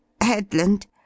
Headland